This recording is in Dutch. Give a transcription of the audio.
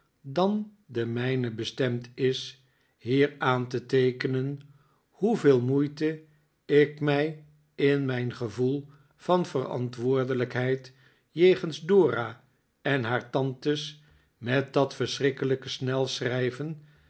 dan de mijne bestemd is hier aan te teekenen hoeveel moeite ik mij in mijn gevoel van verantwoordelijkheid jegens dora en haar tantes met dat verschrikkelijke